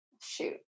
Shoot